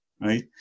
right